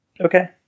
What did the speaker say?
Okay